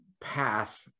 path